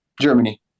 Germany